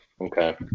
Okay